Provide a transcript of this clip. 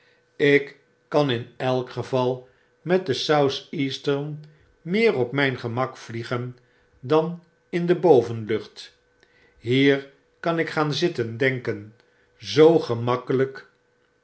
ik kan in elk geval met de southeastern meer op mnn gemak vliegen dan in de bovenlucht hier tan ik gaan zitten denken zoo gemakkelijk